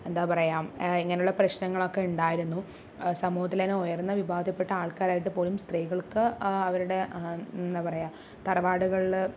എന്താ പറയുക ഇങ്ങനെയുള്ള പ്രശ്നങ്ങളൊക്കെ ഇണ്ടായിരുന്നു സമൂഹത്തിലെന്നെ ഉയർന്ന വിഭാഗത്തിപ്പെട്ട ആൾക്കാരായിട്ട് പോലും സ്ത്രീകൾക്ക് അവരുടെ എന്താ പറയുക തറവാടുകളില്